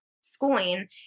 schooling